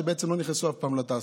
כשבעצם הם לא נכנסו אף פעם לתעסוקה.